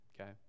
Okay